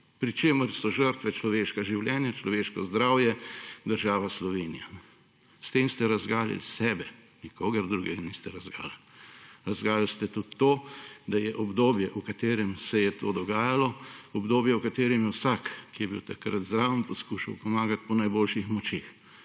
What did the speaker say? Pri čemer so žrtve. človeška življenja, človeško zdravje, država Slovenija. S tem se razgalili sebe, nikogar drugega niste razgalili. Razgalili ste tudi to, da je obdobje, v katerem se je to dogajalo, obdobje, v katerem je vsak, ki je bil takrat zraven, poskušal pomagati po najboljših močeh.